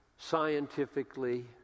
scientifically